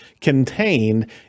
contained